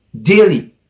daily